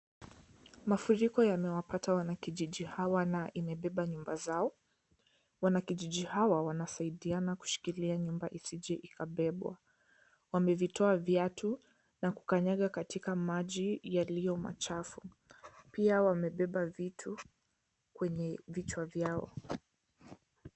Mafuriko yamewapata wanakijiji hawa na imebeba nyumba zao, wanakijiji hawa wanasaidiana kushikilia nyumba isije ikabebwa, wamevitoa viatu na kukanyanga katika maji yaliomachafu, pia wamebeba vitu kwenye vichwa vyao.